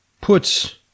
puts